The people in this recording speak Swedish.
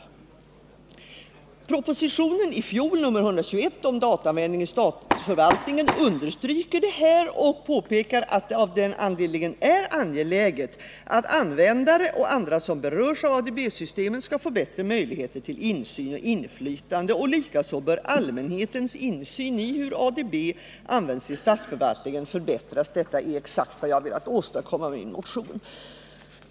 I propositionen 121 i fjol om dataanvändningen i statsförvaltningen understryks det här och påpekas att det av den anledningen är angeläget att användare och andra som berörs av ADB-systemen skall få bättre möjligheter till insyn och inflytande. Likaså bör allmänhetens insyn i hur ADB används i statsförvaltningen förbättras. Detta är exakt vad jag har velat åstadkomma med min motion.